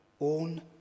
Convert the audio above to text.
own